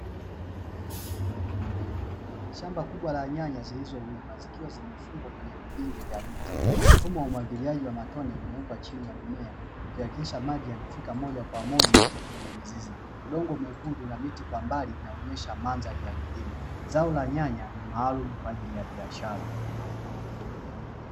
Shamba kubwa la nyanya zilizo wiva zikiwa zimefungwa kwenye vigingi vya miti, mfumo wa umwagiliaji wa matone umewekwa chini ya mmea kuhakikisha maji yanafika moja kwa moja kwenye mizizi. Udongo mwekundu na miti kwa mbali inaonyesha Mandhari ya kilimo, zao la nyanya ni maalumu kwa ajili ya biashara.